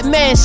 Man